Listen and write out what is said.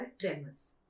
tremors